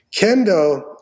Kendo